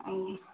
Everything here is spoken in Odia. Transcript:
ଆଜ୍ଞା